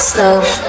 Slow